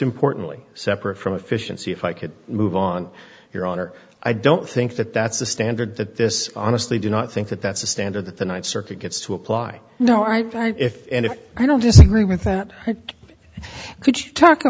importantly separate from efficiency if i could move on your honor i don't think that that's a standard that this honestly do not think that that's a standard that the ninth circuit gets to apply no i buy if i don't disagree with that could you talk